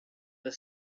the